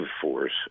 force